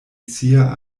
sia